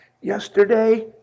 Yesterday